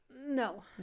No